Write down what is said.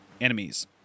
enemies